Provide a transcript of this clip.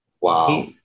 Wow